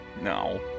No